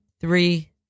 three